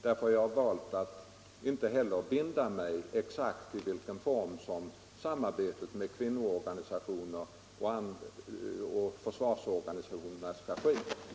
Därför har jag valt att inte heller binda mig exakt för i vilken form samarbetet med kvinnoorganisationerna och försvarsorganisationerna skall ske.